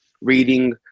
reading